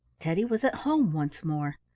teddy was at home once more.